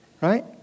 Right